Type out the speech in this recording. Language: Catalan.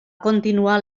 continuar